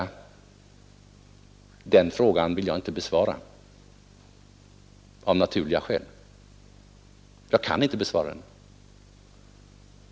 Den frågan vill jag av naturliga skäl inte besvara. Jag kan inte besvara den.